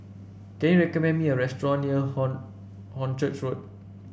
can you recommend me a restaurant near Horn Hornchurch Road